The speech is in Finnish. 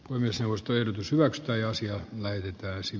kumiseosta ylsivät tai osia löytyy täysin